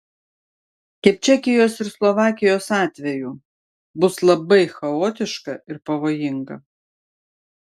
kaip čekijos ir slovakijos atveju bus labai chaotiška ir pavojinga